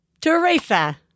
Teresa